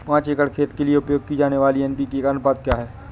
पाँच एकड़ खेत के लिए उपयोग की जाने वाली एन.पी.के का अनुपात क्या है?